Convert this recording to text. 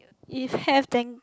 if have then